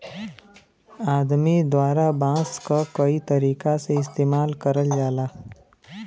आदमी द्वारा बांस क कई तरीका से इस्तेमाल करल जाला